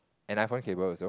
and iPhone cable also